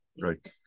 Right